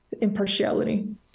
impartiality